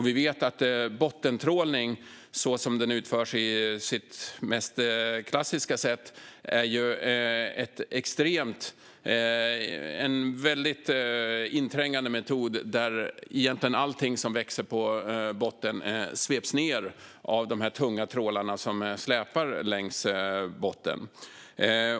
Vi vet att bottentrålning så som den utförs på sitt mest klassiska sätt är en väldigt inträngande metod där egentligen allt som växer på botten sveps ned av de tunga trålar som släpas längs botten.